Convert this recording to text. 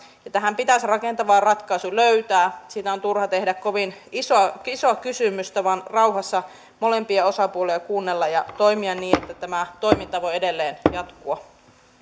tähän pitäisi rakentava ratkaisu löytää siitä on turha tehdä kovin isoa kysymystä vaan pitää rauhassa molempia osapuolia kuunnella ja toimia niin että että tämä toiminta voi edelleen jatkua